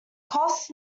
costs